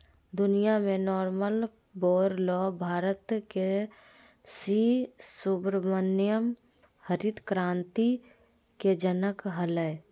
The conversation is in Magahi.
दुनिया में नॉरमन वोरलॉग भारत के सी सुब्रमण्यम हरित क्रांति के जनक हलई